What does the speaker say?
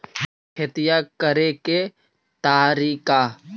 खेतिया करेके के तारिका?